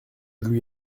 lui